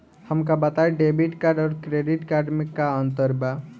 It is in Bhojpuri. हमका बताई डेबिट कार्ड और क्रेडिट कार्ड में का अंतर बा?